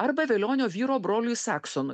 arba velionio vyro broliui saksonui